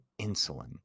insulin